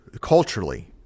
culturally